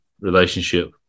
relationship